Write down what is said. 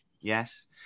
Yes